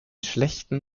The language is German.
schlechten